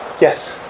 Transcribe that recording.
Yes